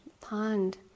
pond